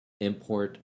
import